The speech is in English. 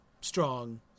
strong